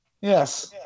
yes